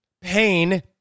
pain